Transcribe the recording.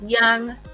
young